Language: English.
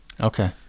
okay